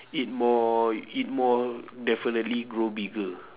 eat more eat more definitely grow bigger